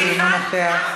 אינו נוכח,